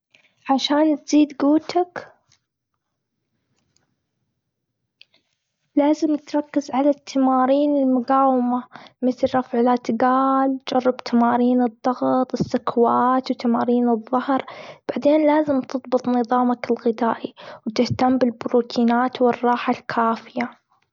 عشان تزيد قوتك، لازم تركز على التمارين المقاومة. مثل رفع الأثقال، جرب تمارين الضغط، السكوات، وتمارين الظهر. بعدين لازم تضبط نظامك الغذائي. وتهتم بالبروتينات والراحة الكافية.